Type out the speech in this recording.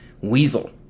weasel